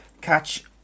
catch